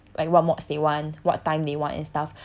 like what mods they want what time they want and stuff